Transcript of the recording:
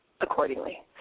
accordingly